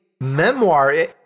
memoir